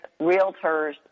realtors